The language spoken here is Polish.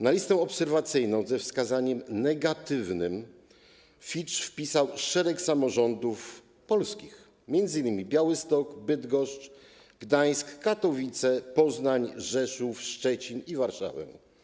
Na listę obserwacyjną ze wskazaniem negatywnym Fitch wpisał szereg samorządów polskich, m.in. Białystok, Bydgoszcz, Gdańsk, Katowice, Poznań, Rzeszów, Szczecin i Warszawę.